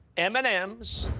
m and m's,